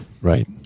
right